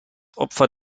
opfer